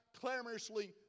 clamorously